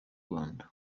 rwanda